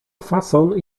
fason